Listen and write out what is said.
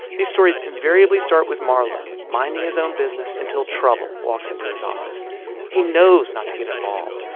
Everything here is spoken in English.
these stories invariably start with marlowe minding his own business until trouble walks into his office he knows not to get involved,